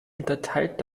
unterteilt